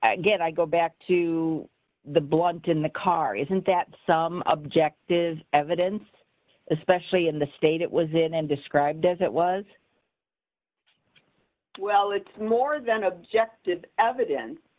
again i go back to the blood in the car isn't that some objective evidence especially in the state it was in and described as it was well it's more than objective evidence